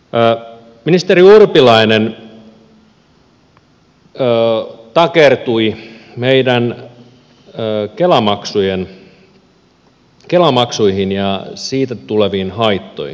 ministeri urpilainen takertui meidän kela maksuumme ja siitä tuleviin haittoihin